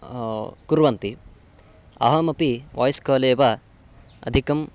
कुर्वन्ति अहमपि वाय्स् काले एव अधिकं